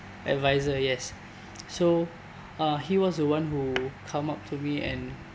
adviser yes so uh he was the one who come up to me and